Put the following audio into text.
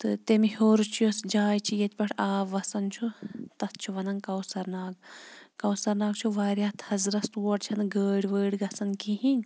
تہٕ تَمہِ ہیوٚر چھِ یۄس جاے چھِ ییٚتہِ پٮ۪ٹھ آب وَسان چھُ تَتھ چھُ وَنان کوثَر ناگ کوثَر ناگ چھُ واریاہ تھَزرَس تور چھَنہٕ گٲڑۍ وٲڑۍ گژھان کِہیٖنۍ